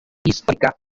histórica